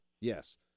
yes